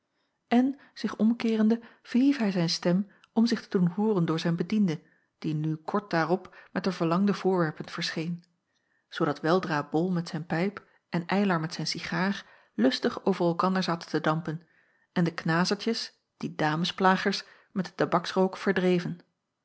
en zich omkeerende verhief hij zijn stem om zich te doen hooren door zijn bediende die nu kort daarop met de verlangde voorwerpen verscheen zoodat weldra bol met zijn pijp en eylar met zijn cigaar lustig over elkander zaten te dampen en de knazertjes die damesplagers met den tabaksrook verdreven